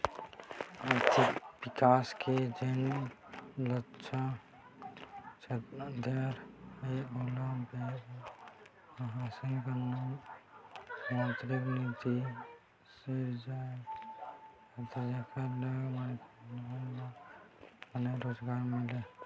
आरथिक बिकास के जेन लक्छ दर हे ओला बेरा म हासिल करना मौद्रिक नीति सिरजाये जाथे जेखर ले मनखे मन ल बने रोजगार मिलय